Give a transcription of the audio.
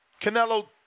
Canelo